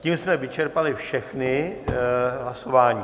Tím jsme vyčerpali všechna hlasování.